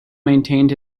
maintained